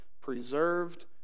preserved